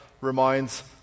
reminds